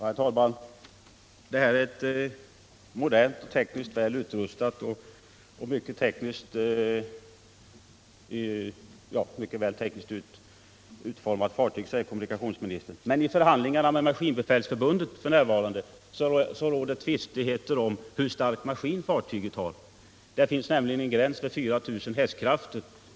Herr talman! Det här är ett modernt, tekniskt väl utrustat och utformat fartyg, säger kommunikationsministern. Men i förhandlingarna med Maskinbefälsförbundet f. n. råder det tvistigheter om hur stark maskin fartyget har. Det finns nämligen en gräns vid 4 000 hästkrafter.